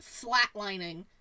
flatlining